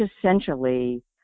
essentially